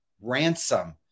Ransom